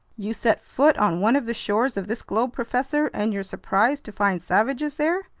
you set foot on one of the shores of this globe, professor, and you're surprised to find savages there?